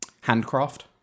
Handcraft